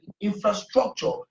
infrastructure